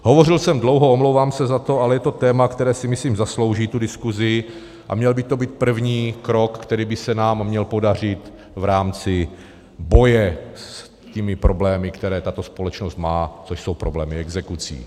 Hovořil jsem dlouho, omlouvám se za to, ale je to téma, které si, myslím, zaslouží tu diskusi, a měl by to být první krok, který by se nám měl podařit v rámci boje s těmi problémy, které tato společnost má, což jsou problémy exekucí.